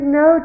no